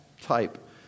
type